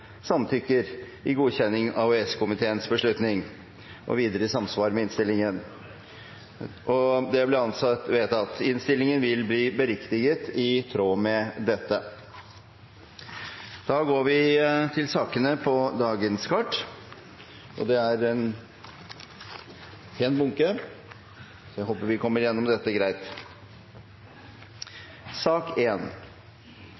samtykker i godkjenning av EØS-komiteens beslutning» – og videre i samsvar med innstillingen. – Det anses vedtatt. Innstillingen er beriktiget i tråd med dette. Under debatten er det satt frem i alt 15 forslag. Det er